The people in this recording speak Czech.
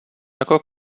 jako